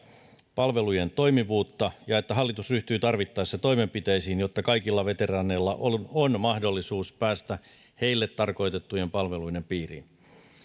palvelujen toimivuutta ja että hallitus ryhtyy tarvittaessa toimenpiteisiin jotta kaikilla veteraaneilla on on mahdollisuus päästä heille tarkoitettujen palveluiden piiriin